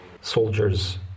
Soldiers